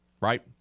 right